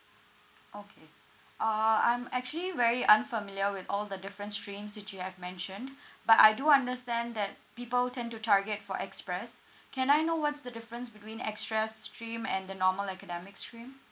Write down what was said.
okay uh I'm actually very unfamiliar with all the different streams which you have mentioned but I do understand that people tend to target for express can I know what's the difference between express stream and the normal academic stream